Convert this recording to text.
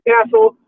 Castle